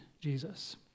Jesus